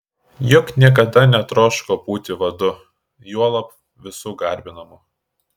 juk niekada netroško būti vadu juolab visų garbinamu